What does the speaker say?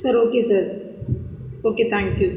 sir okay sir okay thank you